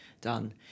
done